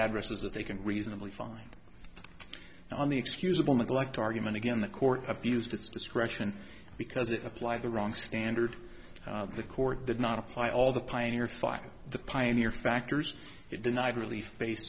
addresses that they can reasonably find on the excusable neglect argument again the court of used its discretion because it apply the wrong standard the court did not apply all the pioneer files the pioneer factors it denied relief based